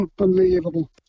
unbelievable